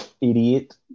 Idiot